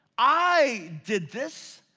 i did this.